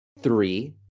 three